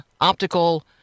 optical